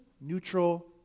neutral